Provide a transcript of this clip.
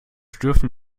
schürfen